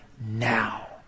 now